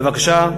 בבקשה.